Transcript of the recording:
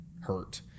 hurt